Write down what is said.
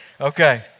Okay